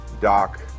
Doc